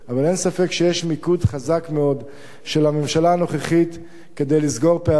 אבל אין ספק שיש מיקוד חזק מאוד של הממשלה הנוכחית כדי לסגור פערים,